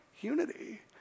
unity